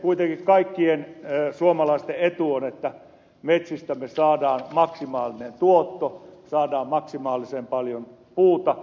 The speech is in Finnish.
kuitenkin kaikkien suomalaisten etu on että metsistämme saadaan maksimaalinen tuotto saadaan maksimaalisen paljon puuta